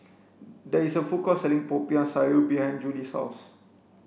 there is a food court selling popiah sayur behind Juli's house